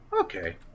Okay